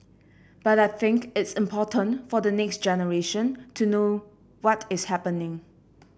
but I think it's important for the next generation to know what is happening